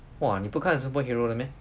!wah! 你不看 superhero 的 meh